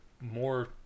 more